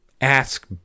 Ask